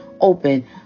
open